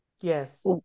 Yes